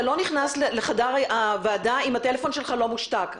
אתה לא נכנס לחדר הוועדה אם הטלפון שלך לא מושתק.